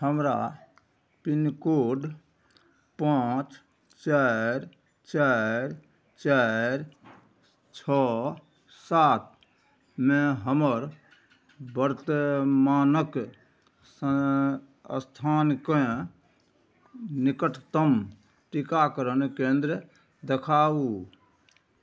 हमरा पिनकोड पाँच चारि चारि चारि छओ सातमे हमर बर्तमानक स्थानकेँ निकटतम टीकाकरण केंद्र देखाउ